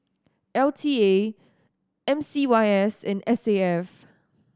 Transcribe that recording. L T A M C Y S and S A F